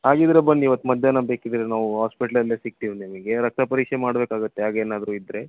ಹಾಗಿದ್ದರೆ ಬನ್ನಿ ಇವತ್ತು ಮಧ್ಯಾಹ್ನ ಬೇಕಿದ್ದರೆ ನಾವು ಹಾಸ್ಪಿಟ್ಲಲ್ಲೆ ಸಿಗ್ತೀವಿ ನಿಮಗೆ ರಕ್ತ ಪರೀಕ್ಷೆ ಮಾಡ್ಬೇಕಾಗುತ್ತೆ ಹಾಗೇನಾದರೂ ಇದ್ದರೆ